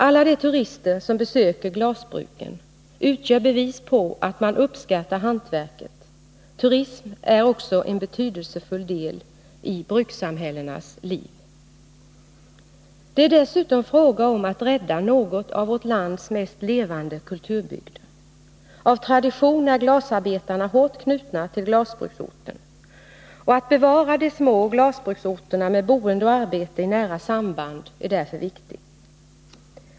Alla de turister som besöker 1 glasbruken utgör ett bevis på att detta hantverk uppskattas. Turismen är också en betydelsefull del i brukssamhällenas liv. Det är dessutom fråga om att rädda några av vårt lands mest levande kulturbygder. Av tradition är glasarbetarna hårt knutna till glasbruksorten. Att bevara de små glasbruksorterna med boende och arbete i nära samband är därför viktigt.